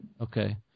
Okay